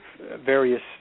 various